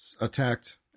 attacked